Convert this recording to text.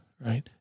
right